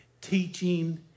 teaching